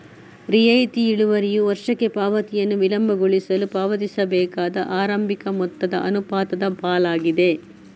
ರಿಯಾಯಿತಿ ಇಳುವರಿಯು ವರ್ಷಕ್ಕೆ ಪಾವತಿಯನ್ನು ವಿಳಂಬಗೊಳಿಸಲು ಪಾವತಿಸಬೇಕಾದ ಆರಂಭಿಕ ಮೊತ್ತದ ಅನುಪಾತದ ಪಾಲಾಗಿದೆ